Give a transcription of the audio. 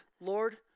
Lord